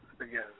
again